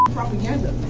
propaganda